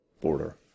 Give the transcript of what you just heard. border